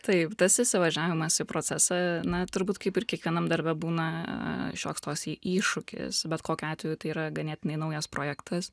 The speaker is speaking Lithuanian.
taip tas įsivažiavimas į procesą na turbūt kaip ir kiekvienam darbe būna šioks toks iššūkis bet kokiu atveju tai yra ganėtinai naujas projektas